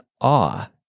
awe